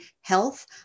health